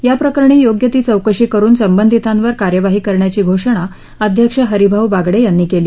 या प्रकरणी योग्य ती चौकशी करुन संबंधीतावर कार्यवाही करण्याची घोषणा अध्यक्ष हरि भाऊ बांगडे यांनी केली